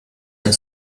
and